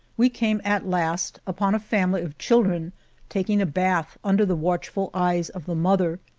we came at last upon a family of children taking a bath under the watch ful eyes of the mother.